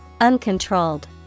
uncontrolled